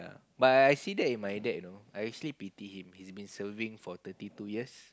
but I see that in my dad you know I actually pity him he's been serving for thirty two years